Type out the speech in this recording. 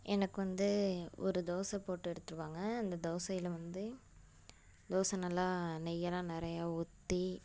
எனக்கு வந்து ஒரு தோசை போட்டு எடுத்துடு வாங்க அந்த தோசையில் வந்து தோசை நல்லா நெய் எல்லாம் நிறையா ஊற்றி